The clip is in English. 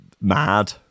mad